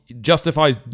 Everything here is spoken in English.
justifies